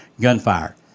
gunfire